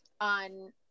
on